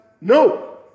No